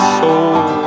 soul